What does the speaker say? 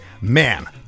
man